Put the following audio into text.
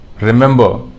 remember